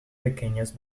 pequeñas